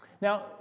Now